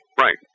Right